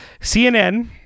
CNN